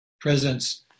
Presence